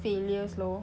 failures lor